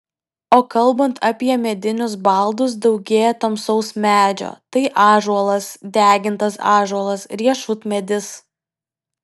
o kalbant apie medinius baldus daugėja tamsaus medžio tai ąžuolas degintas ąžuolas riešutmedis